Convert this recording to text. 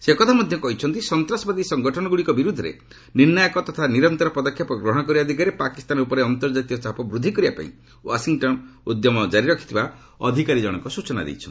ସେ କହିଛନ୍ତି ସନ୍ତାସବାଦୀ ସଙ୍ଗଠନଗୁଡ଼ିକ ବିରୁଦ୍ଧରେ ନିର୍ଷାୟକ ତଥା ନିରନ୍ତର ପଦକ୍ଷେପ ଗ୍ରହଣ କରିବା ଦିଗରେ ପାକିସ୍ତାନ ଉପରେ ଅନ୍ତର୍କାତୀୟ ଚାପ ବୃଦ୍ଧି କରିବାପାଇଁ ୱାଶିଂଟନ ଉଦ୍ୟମ କାରି ରଖିଥିବା ଅଧ୍ୟକାରୀ ଜଣକ କହିଛନ୍ତି